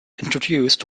introduced